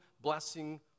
blessing